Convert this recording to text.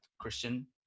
Christian